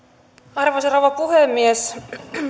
arvoisa rouva puhemies